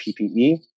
PPE